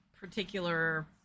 particular